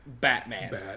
Batman